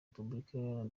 repuburika